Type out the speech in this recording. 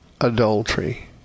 adultery